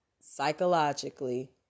psychologically